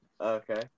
okay